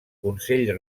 consell